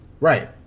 Right